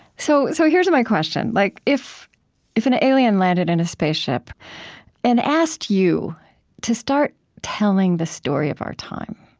so so here's my question. like if if an alien landed in a spaceship and asked you to start telling the story of our time,